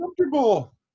comfortable